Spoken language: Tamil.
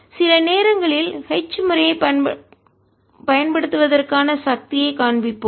சில நேரங்களில் H முறையைப் பயன்படுத்துவதற்கான சக்தியை காண்பிப்போம்